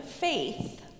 faith